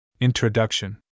Introduction